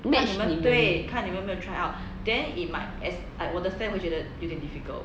match 你们